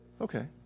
okay